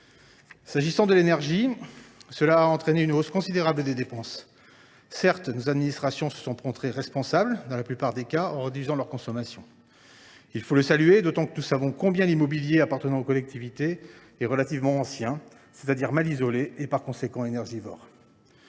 prix de l’énergie a eu pour conséquence une hausse considérable des dépenses. Certes, nos administrations se sont montrées responsables dans la plupart des cas, en réduisant leur consommation. Il faut d’autant plus le saluer que – nous le savons – l’immobilier appartenant aux collectivités est relativement ancien, c’est à dire mal isolé, et par conséquent énergivore.